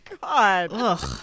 god